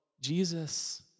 Jesus